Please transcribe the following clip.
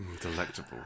Delectable